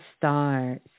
stars